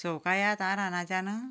सवकास येयात आं रानांतल्यान